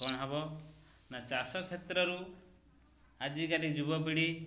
କ'ଣ ହବ ନା ଚାଷ କ୍ଷେତ୍ରରୁ ଆଜିକାଲି ଯୁବପିଢ଼ି